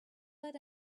let